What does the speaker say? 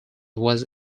was